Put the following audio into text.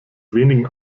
wenigen